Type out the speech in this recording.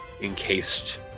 encased